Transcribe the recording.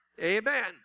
Amen